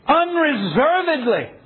unreservedly